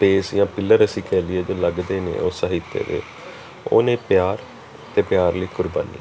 ਅਤੇ ਅਸੀਂ ਪਿੱਲਰ ਅਸੀਂ ਕਹਿ ਲਈਏ ਲੱਗਦੇ ਨੇ ਉਹ ਸਾਹਿਤਯ ਦੇ ਉਹ ਨੇ ਪਿਆਰ ਅਤੇ ਪਿਆਰ ਲਈ ਕੁਰਬਾਨੀ